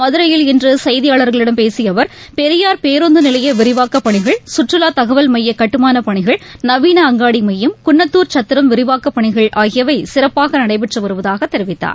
மதுரையில் இன்று செய்தியாளர்களிடம் பேசிய அவர் பெரியார் பேருந்து நிலைய விரிவாக்க பணிகள் சுற்றுலா தகவல் மைய கட்டுமான பணிகள் நவீன அங்காடி மையம் குன்னத்தூர் சத்திரம் விரிவாக்க பணிகள் ஆகியவை சிறப்பாக நடைபெற்று வருவதாக தெரிவித்தார்